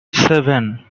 seven